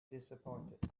disappointed